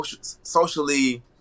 socially